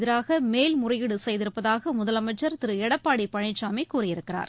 எதிராக மேல்முறையீடு செய்திருப்பதாக முதலமைச்சர் திரு எடப்பாடி பழனிசாமி கூறியிருக்கிறார்